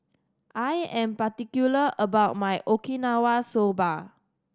I am particular about my Okinawa Soba